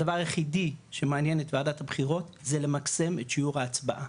הדבר היחידי שמעניין את וועדת הבחירות זה למקסם את שיעור ההצבעה,